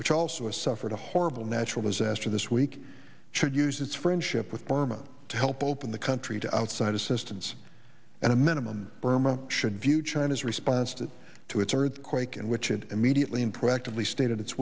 which also has suffered a horrible natural disaster this week should use its friendship with burma to help open the country to outside assistance and a minimum burma should view china's response to to its earthquake and which it immediately and proactively stated its